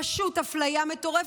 פשוט אפליה מטורפת.